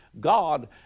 God